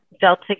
Delta